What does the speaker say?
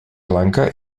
lanka